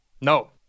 No